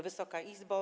Wysoka Izbo!